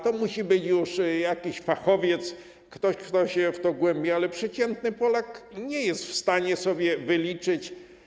To musi być już jakiś fachowiec, ktoś, kto się w to zagłębi, ale przeciętny Polak nie jest w stanie sobie tego wyliczyć.